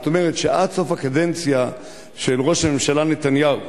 זאת אומרת, שעד סוף הקדנציה של ראש הממשלה נתניהו,